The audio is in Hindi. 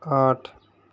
आठ